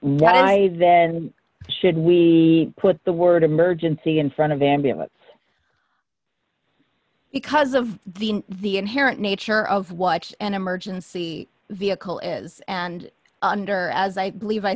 why then should we put the word emergency in front of ambulance because of the the inherent nature of watch an emergency vehicle is and under as i believe i